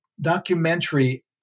documentary